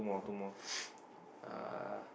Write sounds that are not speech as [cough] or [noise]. [noise] uh